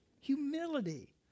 Humility